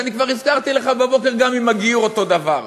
ואני כבר הזכרתי לך בבוקר, גם עם הגיור אותו דבר.